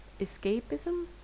Escapism